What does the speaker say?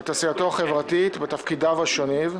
את עשייתו החברתית בתפקידיו השונים.